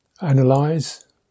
analyze